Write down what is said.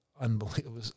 unbelievable